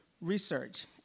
research